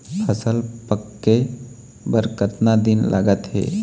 फसल पक्के बर कतना दिन लागत हे?